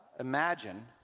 Imagine